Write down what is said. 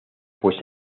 pues